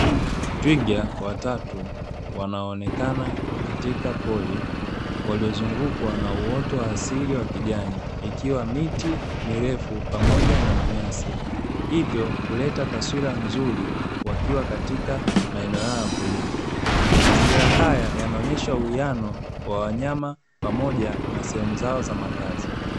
Twiga watatu wanaonekana katika pori waliozungukwa na uoto wa asili wa kijani, ikiwa miti mirefu pamoja na manyasi hivyo huleta taswira nzuri wakiwa katika maeneo yao porini mazingira haya yanaonyesha uwiano wa wanyama pamoja na sehemu zao za makazi.